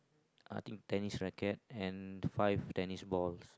I think tennis racket and five tennis balls